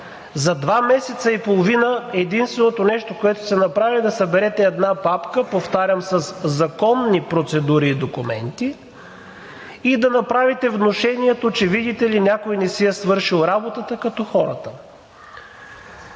За два месеца и половина единственото нещо, което сте направили, е да съберете една папка, повтарям – със законни процедури и документи, и да направите внушението, че, видите ли, някой не си е свършил работата като хората!